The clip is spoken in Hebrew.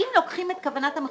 אם לוקחים את כוונת המחוקק,